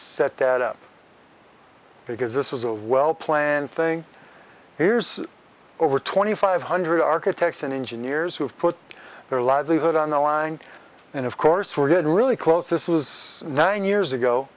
set that up because this was a well planned thing here's over twenty five hundred architects and engineers who have put their livelihood on the line and of course for good really close this was nine years ago